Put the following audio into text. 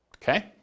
Okay